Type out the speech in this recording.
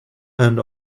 and